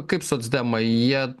kaip socdemai jie